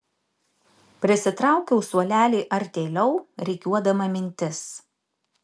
prisitraukiau suolelį artėliau rikiuodama mintis